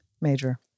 Major